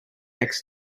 next